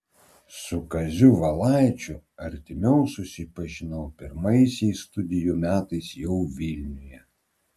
su kaziu valaičiu artimiau susipažinau pirmaisiais studijų metais jau vilniuje